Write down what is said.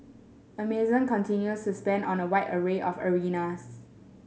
Amazon continues spend on a wide array of areas